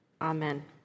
Amen